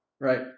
Right